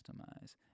customize